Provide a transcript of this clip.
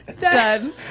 Done